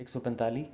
इक सौ पंजताली